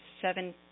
seven